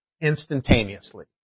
instantaneously